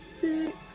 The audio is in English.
Six